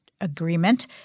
agreement